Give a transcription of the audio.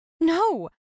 No